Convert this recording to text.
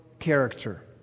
character